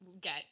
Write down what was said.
get